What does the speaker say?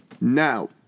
Now